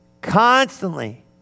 constantly